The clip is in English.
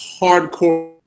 hardcore